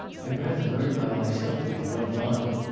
i'd rather learn by myself, if you don't mind.